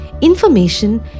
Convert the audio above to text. information